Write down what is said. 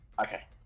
Okay